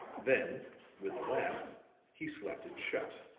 then with a laugh he slapped it shut.